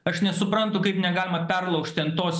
aš nesuprantu kaip negalima perlaužt ten tos